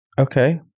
Okay